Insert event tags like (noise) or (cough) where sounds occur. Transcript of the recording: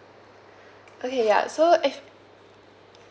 (breath) okay ya so if